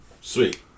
Sweet